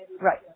right